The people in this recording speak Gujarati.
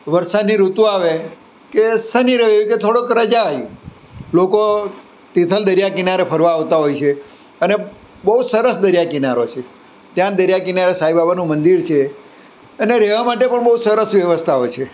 વરસાદની ઋતુ આવે કે શનિ રવિ કે થોડોક રજા આવી લોકો તિથલ દરિયાકિનારે ફરવા આવતાં હોય છે અને બહુ સરસ દરિયાકિનારો છે ત્યાં દરિયાકિનારે સાઈબાબાનું મંદિર છે અને રહેવા માટે પણ બહુ સરસ વ્યવસ્થા હોય છે